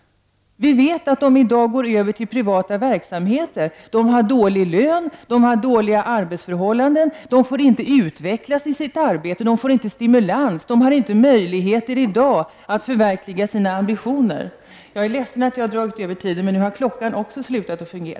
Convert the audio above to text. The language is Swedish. Vi vet att personalen går över till privata verksamheter. Lönen och arbetsförhållandena inom kommunerna är dåliga. Personalen får inte utveckla sig i sitt arbete, och den får ingen stimulans. Man har ingen möjlighet att förverkliga sina ambitioner.